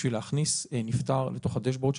בשביל להכניס נפטר לתוך הדשבורד של